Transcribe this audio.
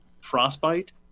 frostbite